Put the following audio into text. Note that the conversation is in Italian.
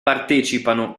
partecipano